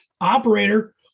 Operator